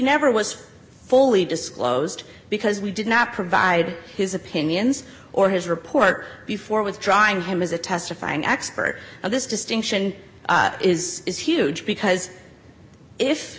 never was fully disclosed because we did not provide his opinions or his report before withdrawing him as a testifying expert and this distinction is is huge because if